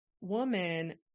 woman